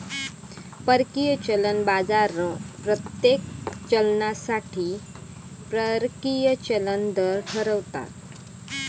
परकीय चलन बाजार प्रत्येक चलनासाठी परकीय चलन दर ठरवता